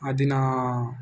அது நான்